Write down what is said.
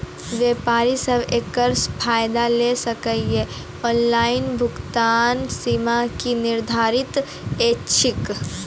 व्यापारी सब एकरऽ फायदा ले सकै ये? ऑनलाइन भुगतानक सीमा की निर्धारित ऐछि?